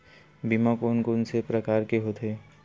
बीमा कोन कोन से प्रकार के होथे?